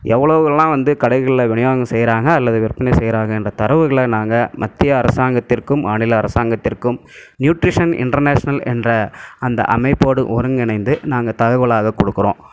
எவ்வளோவெல்லாம் வந்து கடைகளில் விநியோகம் செய்கிறாங்க அல்லது விற்பனை செய்கிறாங்கன்ற தரவுகளை நாங்கள் மத்திய அரசாங்கத்திற்கும் மாநில அரசாங்கத்திற்கும் நியூட்ரிஷன் இன்டர்நேஷனல் என்ற அந்த அமைப்போடு ஒருங்கிணைந்து நாங்கள் தகவலாக கொடுக்குறோம்